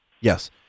Yes